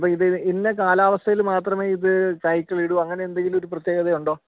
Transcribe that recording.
അപ്പം ഇത് ഇന്ന കാലാവസ്ഥയായിൽ മാത്രമേ ഇത് കായ്ക്കൾ വരോ അങ്ങനെ എന്തെങ്കിലും ഒരു പ്രതേകത ഉണ്ടോ